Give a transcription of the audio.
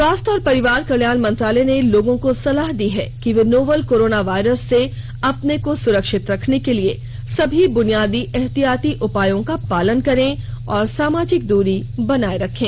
स्वास्थ्य और परिवार कल्याण मंत्रालय ने लोगों को सलाह दी है कि वे नोवल कोरोना वायरस से अपने को सुरक्षित रखने के लिए सभी बुनियादी एहतियाती उपायों का पालन करें और सामाजिक दूरी बनाए रखें